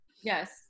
Yes